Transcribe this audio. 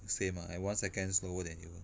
same ah I one second slower than you